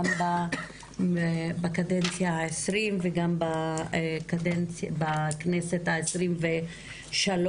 גם בקדנציה ה-20 וגם בכנסת ה-23,